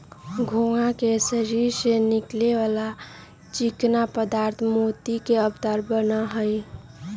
घोंघा के शरीर से निकले वाला चिकना पदार्थ मोती के आवरण बना हई